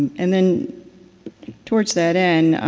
and then towards that end,